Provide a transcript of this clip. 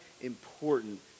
important